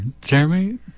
Jeremy